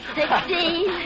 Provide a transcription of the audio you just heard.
sixteen